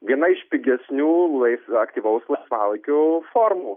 viena iš pigesnių laisvo aktyvaus laisvalaikio formų